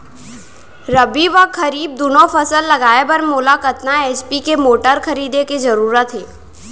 रबि व खरीफ दुनो फसल लगाए बर मोला कतना एच.पी के मोटर खरीदे के जरूरत हे?